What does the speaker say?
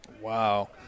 Wow